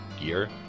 gear